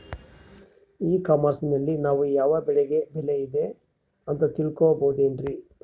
E commerce ನಲ್ಲಿ ನಾವು ಯಾವ ಬೆಳೆಗೆ ಬೆಲೆ ಇದೆ ಅಂತ ತಿಳ್ಕೋ ಬಹುದೇನ್ರಿ?